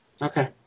Okay